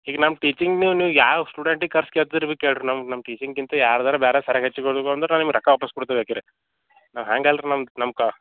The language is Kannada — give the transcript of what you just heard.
ಈಗ ನಮ್ಮ ಟೀಚಿಂಗ್ ನೀವು ನೀವು ಯಾವ ಸ್ಟುಡೆಂಟಿಗೆ ಕರ್ಸಿ ಕೇಳ್ತಿರಾ ಬಿ ಕೇಳಿರಿ ನಮ್ಗೆ ನಮ್ಗೆ ಟೀಚಿಂಗ್ಕ್ಕಿಂತ ಯಾರದ್ದಾರ ಬೇರೆ ತರಗತಿಗೆ ಹೋಗಿ ಬಂದರು ನಾನು ನಿಮ್ಗೆ ರೊಕ್ಕ ವಾಪಸ್ಸು ಕೊಡ್ತಿನಿ ಬೇಕಿರೆ ಹಾಂ ಹಾಂಗೆ ಅಲ್ಲ ರೀ ನಮ್ಮ ನಮಕ್ಕ